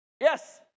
Yes